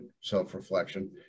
self-reflection